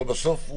ככל שיהיה צורך,